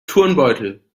turnbeutel